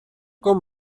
com